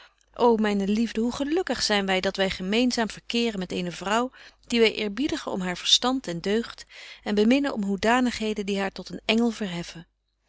ô myne liefde hoe gelukkig zyn wy dat wy gemeenzaam verkeeren met eene vrouw die wy eerbiedigen om haar verstand en deugd en beminnen om hoedanigheden die haar tot een engel verheffen